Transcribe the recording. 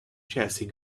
chelsea